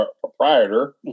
proprietor